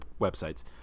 websites